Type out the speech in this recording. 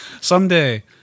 Someday